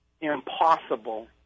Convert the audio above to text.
Impossible